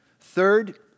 Third